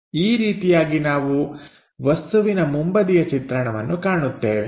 ಈ ರೀತಿಯಾಗಿ ನಾವು ವಸ್ತುವಿನ ಮುಂಬದಿಯ ಚಿತ್ರಣವನ್ನು ಕಾಣುತ್ತೇವೆ